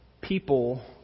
people